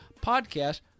podcast